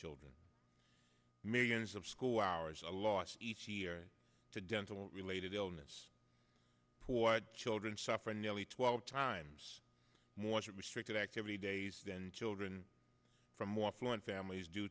children millions of school hours are lost each year to dental related illness poor children suffer nearly twelve times more restricted activity days than children from more fluent families d